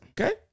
okay